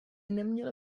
neměl